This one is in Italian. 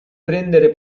prendere